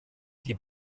die